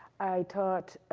i taught